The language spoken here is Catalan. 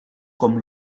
com